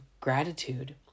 gratitude